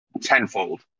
tenfold